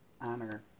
honor